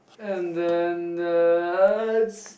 and then uh that's